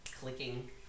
clicking